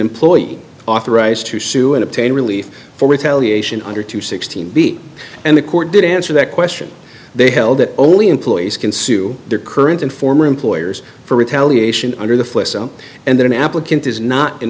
employee authorized to sue and obtain relief for retaliation under two sixteen b and the court did answer that question they held it only employees can sue their current and former employers for retaliation under the and then applicant is not an